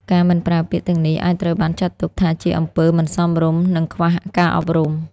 ការមិនប្រើពាក្យទាំងនេះអាចត្រូវបានចាត់ទុកថាជាអំពើមិនសមរម្យ និងខ្វះការអប់រំ។